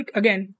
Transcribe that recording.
again